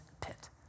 pit